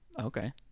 Okay